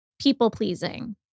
people-pleasing